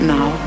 Now